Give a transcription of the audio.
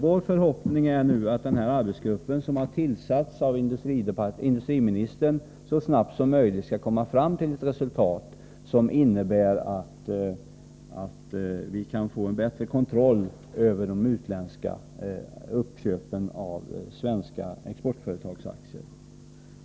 Vår förhoppning är att denna arbetsgrupp, som har tillsatts av industriministern, så snart som möjligt skall komma fram till ett resultat som innebär att vi kan få en bättre kontroll över de utländska uppköpen av svenska exportföretags aktier.